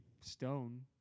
stone